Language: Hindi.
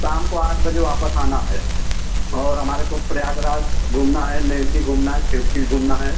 शाम को आठ बजे वापस आना है और हमारे को प्रयागराज घूमना है नैनी घूमना है छिवकी घूमना है